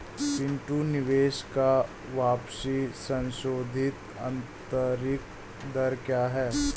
पिंटू निवेश का वापसी संशोधित आंतरिक दर क्या है?